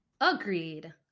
Agreed